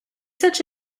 such